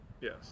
Yes